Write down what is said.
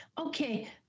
Okay